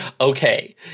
okay